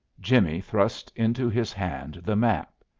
jimmie thrust into his hand the map.